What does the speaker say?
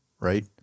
right